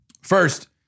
First